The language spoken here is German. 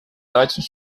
deutschen